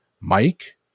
mike